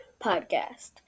podcast